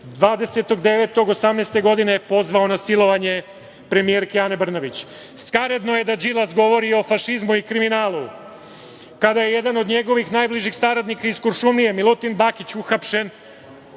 2018. godine je pozvao na silovanje premijerke Ane Brnabić. Skaradno je da Đilas govori o fašizmu i kriminalu kada je jedan od njegovih najbližih saradnika iz Kuršumlije, Milutin Bakić uhapšen